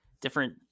different